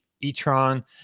e-tron